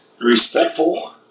respectful